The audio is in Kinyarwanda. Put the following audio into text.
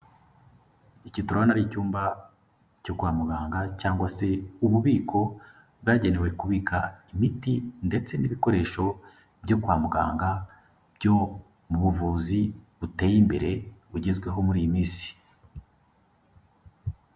Iki turabona ari icyumba cyo kwa muganga cyangwa se ububiko bwagenewe kubika imiti ndetse n'ibikoresho byo kwa muganga, byo mu buvuzi, buteye imbere, bugezweho muri iyi minsi.